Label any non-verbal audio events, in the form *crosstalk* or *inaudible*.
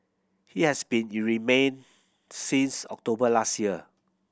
he has been in remand *noise* since October last year